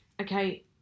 okay